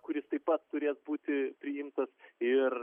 kuris taip pat turės būti priimtas ir